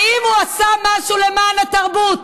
האם הוא עשה משהו למען התרבות?